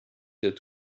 said